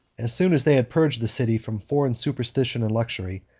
as soon as they had purged the city from foreign superstition and luxury,